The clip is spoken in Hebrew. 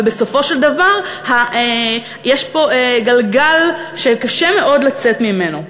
ובסופו של דבר יש פה גלגל שקשה מאוד לצאת ממנו,